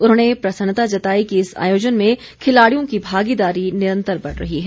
उन्होंने प्रसन्नता जताई कि इस आयोजन में खिलाड़ियों की भागीदारी निरंतर बढ़ रही है